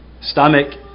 stomach